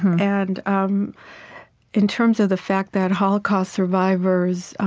and um in terms of the fact that holocaust survivors,